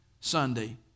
Sunday